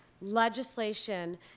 legislation